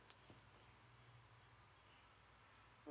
mm